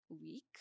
week